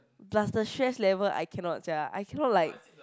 plus the stress level I cannot sia I cannot like